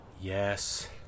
Yes